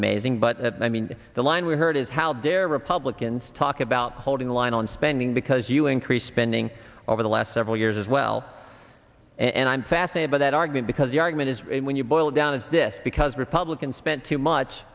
amazing but i mean the line we heard is how dare republicans talk about holding the line on spending because you increase spending over the last several years as well and i'm fascinated by that argument because the gman is when you boil it down is this because republicans spent too much